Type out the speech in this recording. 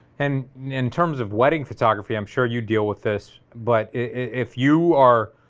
and in terms of wedding photography, i'm sure you deal with this, but if you are